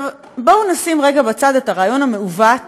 בואו נשים רגע בצד את הרעיון המעוות